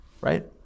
Right